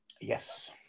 Yes